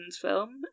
film